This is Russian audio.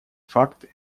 факты